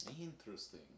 Interesting